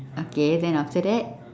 okay then after that